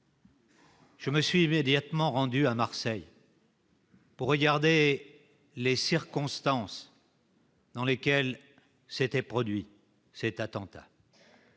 Je me suis immédiatement rendu à Marseille pour connaître les circonstances dans lesquelles s'était produit cet attentat.